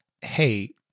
hey